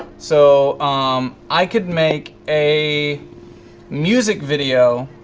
so i could make a music video